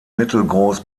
mittelgroß